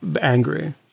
angry